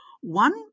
One